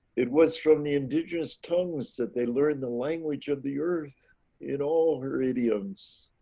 it was from the indigenous tongues that they learned the language of the earth in all her idioms.